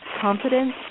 confidence